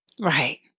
Right